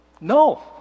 no